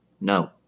No